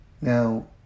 Now